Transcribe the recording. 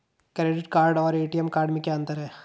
Credit card और ATM card में क्या अंतर है?